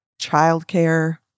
childcare